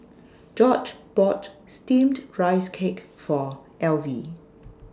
George bought Steamed Rice Cake For Elvie